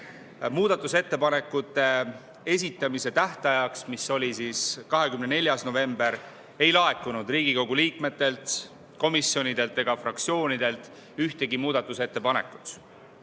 Muudatusettepanekute esitamise tähtajaks, 24. novembriks ei laekunud Riigikogu liikmetelt, komisjonidelt ega fraktsioonidelt ühtegi muudatusettepanekut.